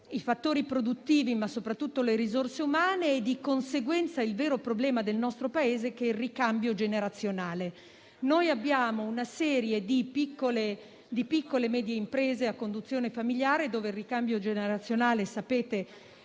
i fattori produttivi, ma soprattutto le risorse umane e, di conseguenza, il vero problema del nostro Paese, che è il ricambio generazionale. Abbiamo una serie di piccole e medie imprese a conduzione familiare in cui, come sapete, il ricambio generazionale rappresenta